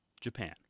Japan